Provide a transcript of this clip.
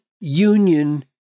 union